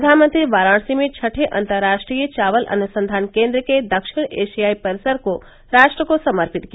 प्रधानमंत्री वाराणसी में छठे अंतर्राष्ट्रीय चावल अनुसंधान केन्द्र के दक्षिण एशियाई परिसर को राष्ट्र को समर्पित किया